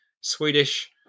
Swedish